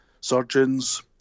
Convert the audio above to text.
surgeons